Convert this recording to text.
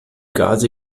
gase